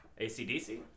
ACDC